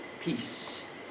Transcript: peace